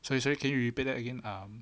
sorry sorry can you repeat that again ah